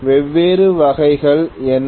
வெவ்வேறு வகைகள் என்ன